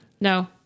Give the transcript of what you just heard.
no